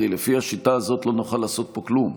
לפי השיטה הזאת לא נוכל לעשות פה כלום.